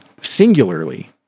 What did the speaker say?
singularly